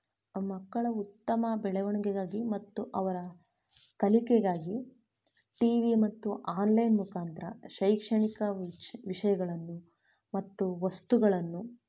ಮಕ್ಕಳ ಉತ್ತಮ ಬೆಳವಣಿಗೆಗಾಗಿ ಮತ್ತು ಅವರ ಕಲಿಕೆಗಾಗಿ ಟಿ ವಿ ಮತ್ತು ಆನ್ಲೈನ್ ಮುಖಾಂತರ ಶೈಕ್ಷಣಿಕ ವಿಷಯಗಳನ್ನು ಮತ್ತು ವಸ್ತುಗಳನ್ನು